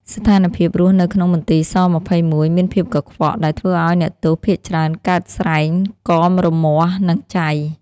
ស្ថានភាពរស់នៅក្នុងមន្ទីរ ស-២១ មានភាពកខ្វក់ ដែលធ្វើឱ្យអ្នកទោសភាគច្រើនកើតស្រែង កមរមាស់ និងចៃ ។